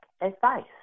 Advice